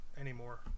anymore